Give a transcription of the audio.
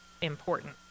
important